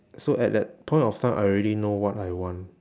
so at that point of time I already know what I want